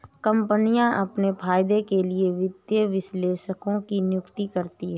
कम्पनियाँ अपने फायदे के लिए वित्तीय विश्लेषकों की नियुक्ति करती हैं